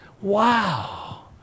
wow